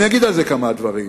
אני אגיד על זה כמה דברים.